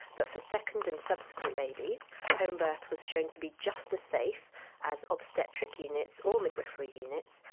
but for second and subsequent babies homebirth was shown to be just as safe as obstetric units or midwifery units,